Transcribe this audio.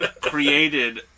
created